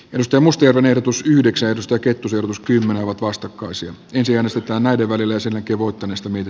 markus mustajärven ehdotus yhdeksäntoista kettusen ulos kymmene ovat vastakkaisia naisia nostetaan näiden välillä selkävoiton estäminen